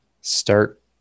start